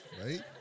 Right